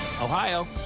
Ohio